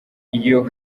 iyo